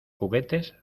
juguetes